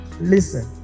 listen